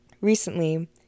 recently